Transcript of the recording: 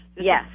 Yes